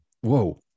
whoa